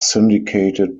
syndicated